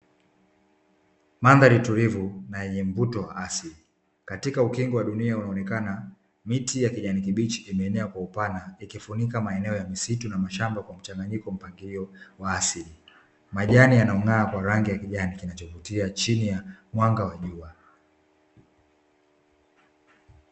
Mandhari tulivu na yenye mvuto wa asili, katika ukingo wa dunia unaonekana miti ya kijani kibichi imeenea kwa upana ikifunika maneno ya misitu na mashamba kwa mchanganyiko mpangilio wa asili. Majani yanayong'aa kwa rangi ya kijani kinachovutia chini ya mwanga wa jua.